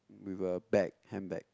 with a bag handbag